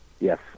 Yes